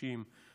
60,